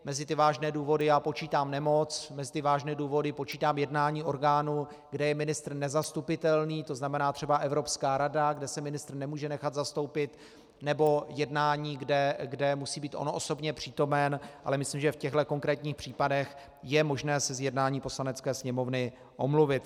Mezi ty vážné důvody já počítám nemoc, mezi ty vážné důvody počítám jednání orgánů, kde je ministr nezastupitelný, tzn. třeba Evropská rada, kde se ministr nemůže nechat zastoupit, nebo jednání, kde musí být on osobně přítomen, ale myslím, že v těchto konkrétních případech je možné se z jednání Poslanecké sněmovny omluvit.